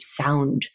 sound